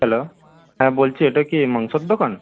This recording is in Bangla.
হ্যালো হ্যাঁ বলছি এটা কি মাংসর দোকান